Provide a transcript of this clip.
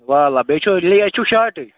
وللہ بیٚیہِ چھُ لیز چھُو شارٹٕے